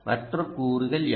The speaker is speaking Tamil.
மற்ற கூறுகள் யாவை